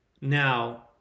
Now